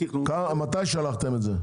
מתי שלחתם את זה?